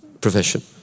profession